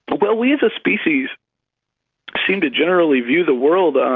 well, we as a species seem to generally view the world, and